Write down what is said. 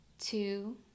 two